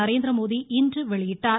நரேந்திரமோடி இன்று வெளியிட்டார்